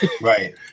right